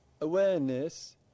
awareness